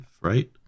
right